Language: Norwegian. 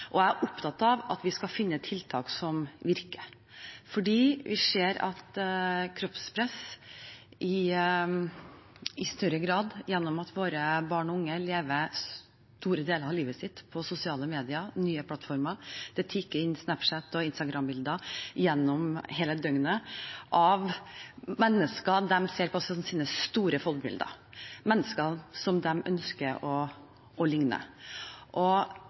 og jeg er opptatt av at vi skal finne tiltak som virker. Vi ser i større grad et kroppspress nå gjennom at barn og unge lever store deler av livet sitt på sosiale medier, nye plattformer. Det tikker hele døgnet inn Snapchat- og Instagram-bilder av mennesker de ser på som sine store forbilder, mennesker de ønsker å ligne.